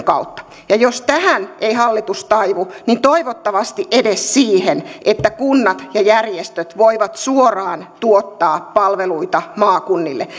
kautta jos tähän ei hallitus taivu niin toivottavasti edes siihen että kunnat ja järjestöt voivat suoraan tuottaa palveluita maakunnille